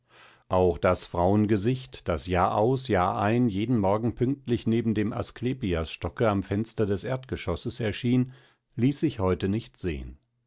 auch das frauengesicht das jahraus jahrein jeden morgen pünktlich neben dem asklepiasstocke am fenster des erdgeschosses erschien ließ sich heute nicht sehen